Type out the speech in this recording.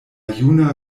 juna